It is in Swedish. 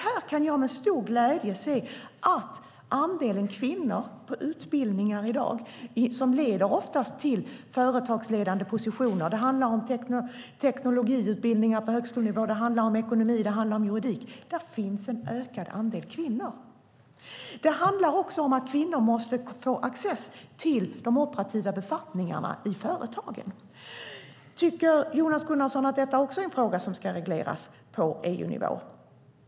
Här kan jag med stor glädje se att andelen kvinnor i dag ökar på utbildningar som ofta leder till företagsledande positioner. Det handlar om tekniska utbildningar på högskolenivå, det handlar om ekonomi och det handlar om juridik. Där finns en ökad andel kvinnor. Det handlar också om att kvinnor måste få access till de operativa befattningarna i företagen. Tycker Jonas Gunnarsson att även detta ska regleras på EU-nivå?